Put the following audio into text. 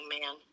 man